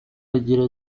agira